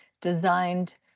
designed